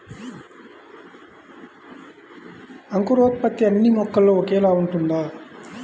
అంకురోత్పత్తి అన్నీ మొక్కలో ఒకేలా ఉంటుందా?